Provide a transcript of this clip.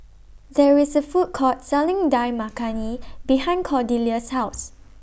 There IS A Food Court Selling Dal Makhani behind Cordelia's House